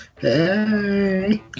Hey